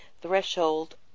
threshold